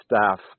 staff